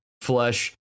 flesh